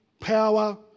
power